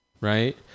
right